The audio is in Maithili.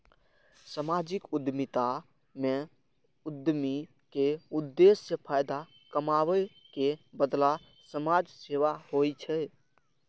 सामाजिक उद्यमिता मे उद्यमी के उद्देश्य फायदा कमाबै के बदला समाज सेवा होइ छै